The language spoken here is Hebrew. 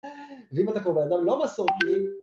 ואם אתה כמו בן אדם לא מסורתי